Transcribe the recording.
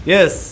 Yes